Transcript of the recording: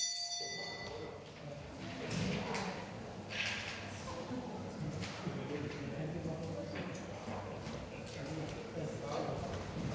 Tak